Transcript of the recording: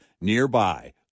nearby